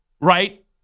right